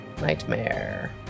Nightmare